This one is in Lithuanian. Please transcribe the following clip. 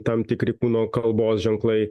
tam tikri kūno kalbos ženklai